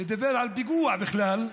לדבר על פיגוע בכלל.